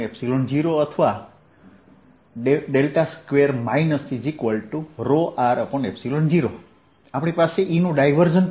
Eρ0 અથવા 2Vρ0 આપણી પાસે Eનું ડાયવર્જન્સ પણ છે